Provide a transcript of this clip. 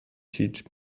teach